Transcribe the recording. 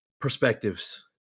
perspectives